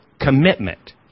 commitment